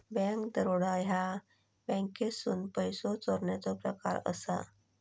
bank दरोडा ह्या बँकेतसून पैसो चोरण्याचो प्रकार असा